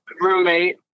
roommate